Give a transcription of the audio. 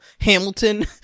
hamilton